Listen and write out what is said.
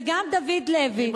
וגם דוד לוי,